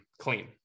clean